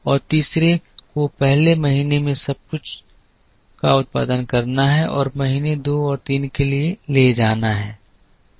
और तीसरे को पहले महीने में सब कुछ का उत्पादन करना है और महीने दो और तीन के लिए ले जाना है